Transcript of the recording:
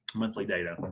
monthly data,